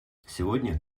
сегодня